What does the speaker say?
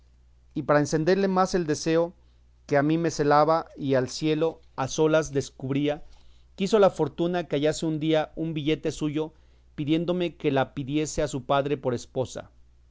y para encenderle más el deseo que a mí me celaba y al cielo a solas descubría quiso la fortuna que hallase un día un billete suyo pidiéndome que la pidiese a su padre por esposa